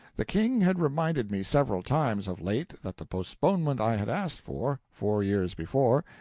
the king had reminded me several times, of late, that the postponement i had asked for, four years before,